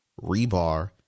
rebar